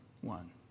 one